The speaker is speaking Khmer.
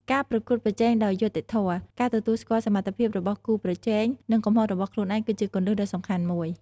ការប្រកួតប្រជែងដោយយុត្តិធម៌ ការទទួលស្គាល់សមត្ថភាពរបស់គូប្រជែង និងកំហុសរបស់ខ្លួនឯង គឺជាគន្លឹះដ៏សំខាន់មួយ។